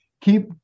Keep